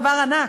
דבר ענק.